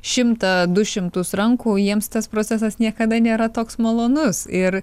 šimtą du šimtus rankų jiems tas procesas niekada nėra toks malonus ir